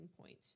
point